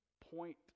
point